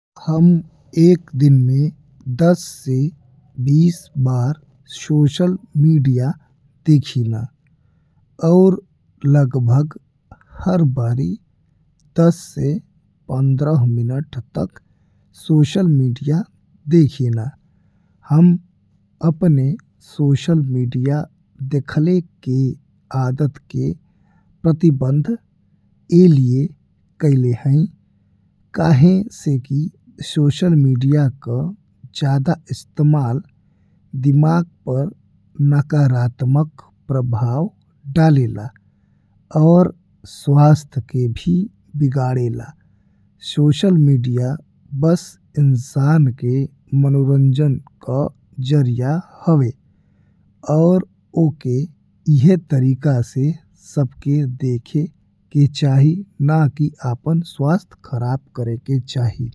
हम एक दिन में दस से बीस बार सोशल मीडिया देखिना और लगभग हर बारी दस से पंद्रह मिनट तक सोशल मीडिया देखिना। हम अपने सोशल मीडिया देखले के आदत के प्रतिबंध ए लिए कइले हई काहे से कि सोशल मीडिया का ज्यादा इस्तेमाल दिमाग पर नकारात्मक प्रभाव डाले ला। और स्वास्थ्य के भी बिगाड़ेला सोशल मीडिया बस इंसान के मनोरंजन का जरिया हवे और ओके ऐ ही तरीका से सबके देखे के चाही, ना कि आपन स्वास्थ्य खराब करे के चाही।